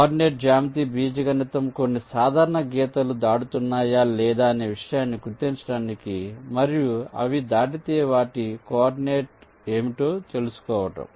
coordinate జ్యామితి బీజగణితం కొన్ని సాధారణ గీతలు దాటుతున్నాయా లేదా అనే విషయాన్ని గుర్తించడానికి మరియు అవి దాటితే వాటి కోఆర్డినేట్ ఏమిటో తెలుసుకోవడం